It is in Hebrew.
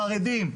חרדים,